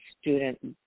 student